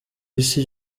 isi